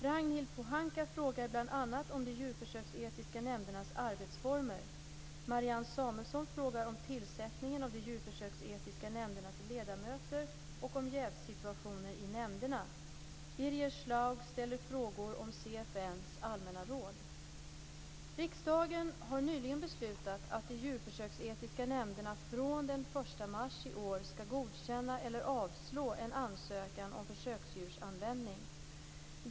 Ragnhild Pohanka frågar bl.a. Marianne Samuelsson frågar om tillsättningen av de djurförsöksetiska nämndernas ledamöter och om jävssituationer i nämnderna. Birger Schlaug ställer frågor om CFN:s allmänna råd. Riksdagen har nyligen beslutat att de djurförsöksetiska nämnderna från den 1 mars i år skall godkänna eller avslå en ansökan om försöksdjursanvändning.